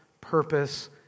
purpose